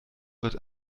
wird